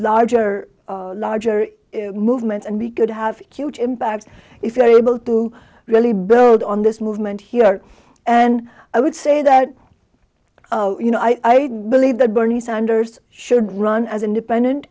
larger larger movement and we could have huge impact if you're able to really build on this movement here and i would say that you know i believe that bernie sanders should run as independent